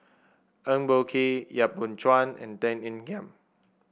Eng Boh Kee Yap Boon Chuan and Tan Ean Kiam